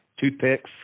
Toothpicks